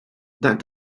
that